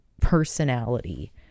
personality